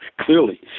clearly